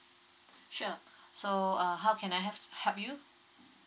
sure so uh how can I have help you